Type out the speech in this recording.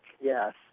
Yes